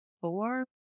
four